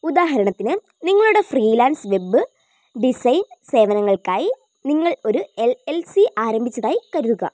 ഉദാഹരണത്തിന് നിങ്ങളുടെ freelance web design സേവനങ്ങൾക്കായി നിങ്ങൾ ഒരു എൽ എൽ സി ആരംഭിച്ചതായി കരുതുക